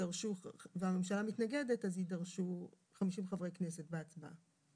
והממשלה מתנגדת, אז יידרשו 50 חברי כנסת בהצבעה.